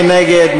מי נגד?